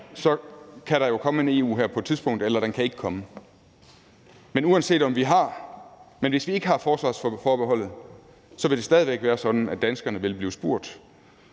ej, kan der jo komme en EU-hær på et tidspunkt, eller den kan ikke komme. Men hvis vi ikke har forsvarsforbeholdet, vil det stadig væk være sådan, at danskerne vil blive spurgt,